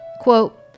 Quote